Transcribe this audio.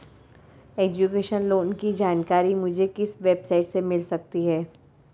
Education loan की जानकारी मुझे किस वेबसाइट से मिल सकती है?